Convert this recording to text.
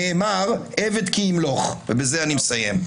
כבר במקרא נאמר: עבד כי ימלוך, ובזה אני מסיים.